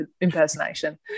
impersonation